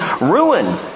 ruin